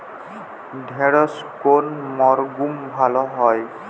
ঢেঁড়শ কোন মরশুমে ভালো হয়?